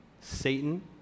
Satan